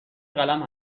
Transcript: قلم